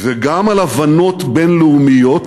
וגם על הבנות בין-לאומיות,